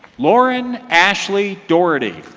lauren ashley doherty.